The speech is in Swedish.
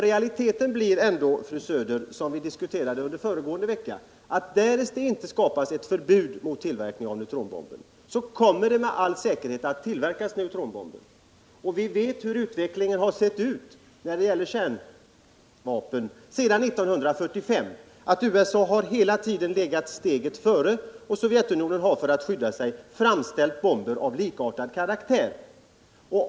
Realiteten, fru Söder, blir ändå — det framkom ju vid diskussionen här föregående vecka — att därest det inte införs ett förbud mot tillverkning av neutronbomben kommer med all säkerhet neutronbomber att tillverkas, och vi vet hur utvecklingen sedan 1945 varit när det gäller kärnvapen: USA har hela tiden legat steget före, och Sovjetunionen har för att skydda sig framställt bomber av likartad karaktär.